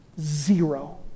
Zero